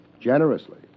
Generously